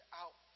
out